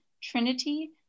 Trinity